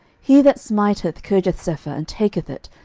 he that smiteth kirjathsepher, and taketh it,